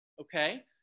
okay